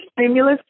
stimulus